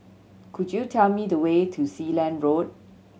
could you tell me the way to Sealand Road